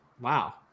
wow